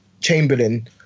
Chamberlain